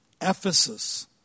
Ephesus